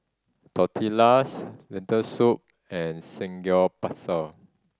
Tortillas Lentil Soup and Samgeyopsal